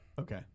Okay